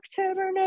October